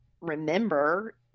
remember